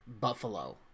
Buffalo